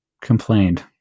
Complained